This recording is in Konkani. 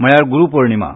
म्हळ्यार गुरूपौर्णिमा